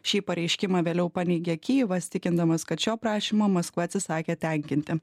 šį pareiškimą vėliau paneigė kijevas tikindamas kad šio prašymo maskva atsisakė tenkinti